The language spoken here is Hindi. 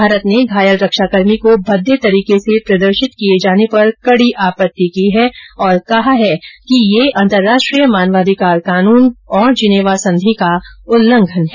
भारत ने घायल रक्षा कर्मी को भद्दे तरीके से प्रदर्शित किए जाने पर कड़ी आपत्ति की है और कहा है कि यह अंतर्राष्ट्रीय मानवाधिकार कानून तथा जिनेवा संधि का उल्लंघन है